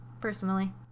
personally